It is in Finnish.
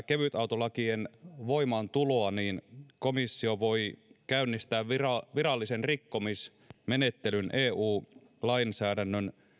kevytautolakien voimaantuloa komissio voi käynnistää virallisen virallisen rikkomusmenettelyn eu lainsäädännön